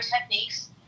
Techniques